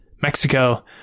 Mexico